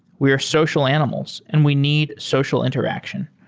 we are social animals and we need social interaction.